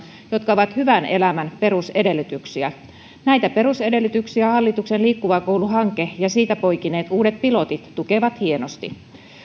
jotka ovat hyvän elämän perusedellytyksiä näitä perusedellytyksiä hallituksen liikkuva koulu hanke ja siitä poikineet uudet pilotit tukevat hienosti